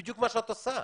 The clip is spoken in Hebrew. זה בדיוק מה שאת עושה.